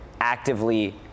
actively